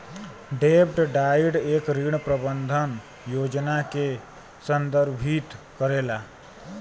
डेब्ट डाइट एक ऋण प्रबंधन योजना के संदर्भित करेला